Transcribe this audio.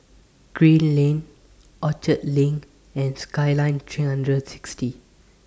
Green Lane Orchard LINK and Skyline three hundred and sixty